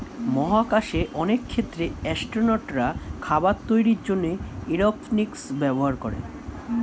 মহাকাশে অনেক ক্ষেত্রে অ্যাসট্রোনটরা খাবার তৈরির জন্যে এরওপনিক্স ব্যবহার করে